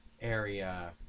area